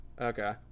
Okay